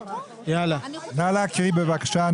נא להקריא, בבקשה.